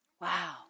Wow